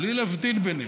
בלי להבדיל ביניהם.